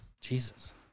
Jesus